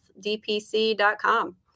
dpc.com